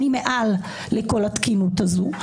אני מעל לכל התקינות הזאת.